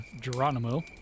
Geronimo